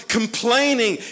complaining